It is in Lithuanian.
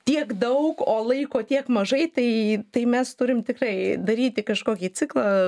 tiek daug o laiko tiek mažai tai tai mes turim tikrai daryti kažkokį ciklą